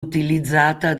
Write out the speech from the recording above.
utilizzata